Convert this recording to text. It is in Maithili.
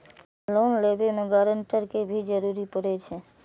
लोन लेबे में ग्रांटर के भी जरूरी परे छै?